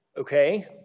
Okay